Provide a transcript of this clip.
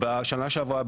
בשנה שעברה,